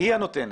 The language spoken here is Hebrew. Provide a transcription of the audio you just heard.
היא הנותנת,